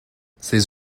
ses